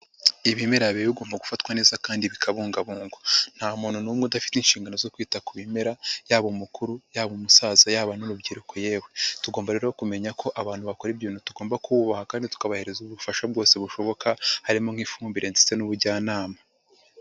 Ibimera biba bigomba gufatwa neza kandi bikabungabungwa. Nta muntu n'umwe udafite inshingano zo kwita ku bimera, yaba umukuru, yaba mu umusaza, yaba n'urubyiruko yewe. Tugomba rero kumenya ko abantu bakora ibyo ibintu tugomba kububaha kandi tukabahereza ubufasha bwose bushoboka, harimo nk'ifumbire ndetse n'ubujyanama.